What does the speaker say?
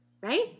Right